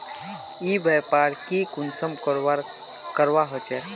ई व्यापार की कुंसम करवार करवा होचे?